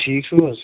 ٹھیٖک چھِوٕ حظ